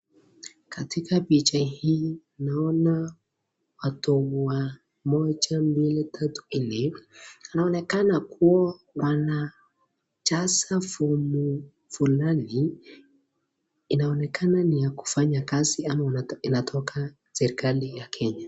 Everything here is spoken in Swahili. Katika picha hii naona watu wa moja, mbili, tatu, nne. Wanaonekana kuwa wanajaza fomu fulani, inaonekana ni ya kufanya kazi ama inatoka serekali ya Kenya.